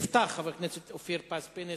יפתח חבר הכנסת אופיר פינס-פז.